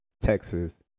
Texas